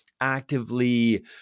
actively